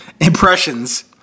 impressions